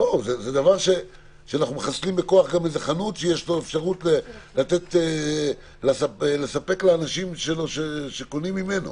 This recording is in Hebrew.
אנחנו מחסלים כך בכוח חנות שיש לה אפשרות לספק לאנשים שקונים ממנה,